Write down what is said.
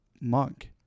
monk